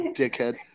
dickhead